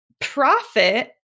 profit